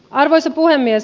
arvoisa puhemies